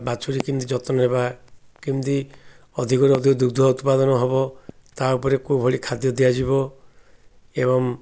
ବାଛୁୁରୀ କେମିତି ଯତ୍ନ ହେବା କେମିତି ଅଧିକରୁ ଅଧିକ ଦୁଗ୍ଧ ଉତ୍ପାଦନ ହବ ତା' ଉପରେ କେଉଁଭଳି ଖାଦ୍ୟ ଦିଆଯିବ ଏବଂ